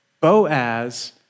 Boaz